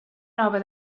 nova